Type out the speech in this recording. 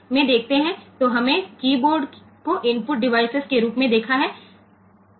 તો આપણે કીબોર્ડને ઇનપુટ ઉપકરણ તરીકે જોયું છે